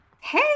Hey